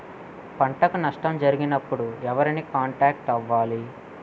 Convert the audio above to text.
పంటకు నష్టం జరిగినప్పుడు ఎవరిని కాంటాక్ట్ అవ్వాలి?